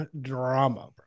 drama